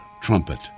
trumpet